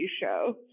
show